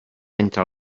entre